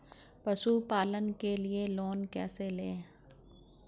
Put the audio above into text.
पशुपालन के लिए लोन कैसे लें?